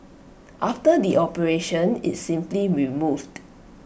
after the operation it's simply removed